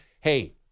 hey